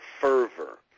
fervor